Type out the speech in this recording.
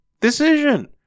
decision